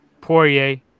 Poirier